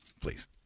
please